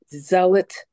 zealot